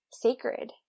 sacred